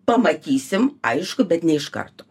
pamatysim aišku bet ne iš karto